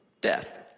death